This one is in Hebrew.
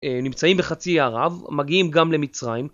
נמצאים בחצי ערב, מגיעים גם למצרים.